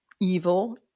evil